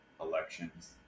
elections